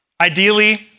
ideally